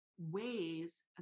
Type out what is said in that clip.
ways